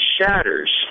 shatters